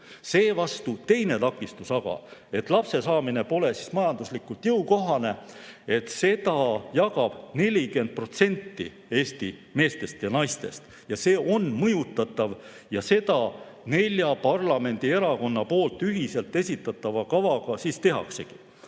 Seevastu teine takistus, et lapse saamine pole majanduslikult jõukohane – seda jagab 40% Eesti meestest ja naistest –, on mõjutatav ja seda nelja parlamendierakonna ühiselt esitatava kavaga tehaksegi.